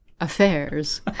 affairs